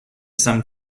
some